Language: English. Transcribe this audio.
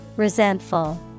Resentful